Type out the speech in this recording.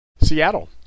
Seattle